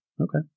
Okay